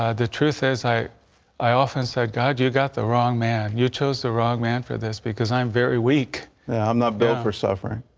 ah the truce as i i often said god you got the wrong man you chose the wrong man for this because i'm very weak, i'm not built for suffer.